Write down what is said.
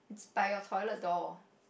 by your toilet door